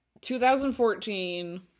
2014